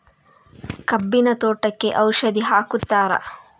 ಕಬ್ಬಿನ ತೋಟಕ್ಕೆ ಔಷಧಿ ಹಾಕುತ್ತಾರಾ?